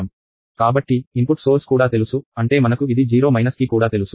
కాబట్టి input source కూడా తెలుసు అంటే మనకు ఇది 0 కి కూడా తెలుసు